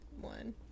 one